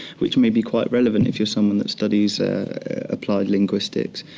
which may be quite relevant if you're someone that studies applied linguistics.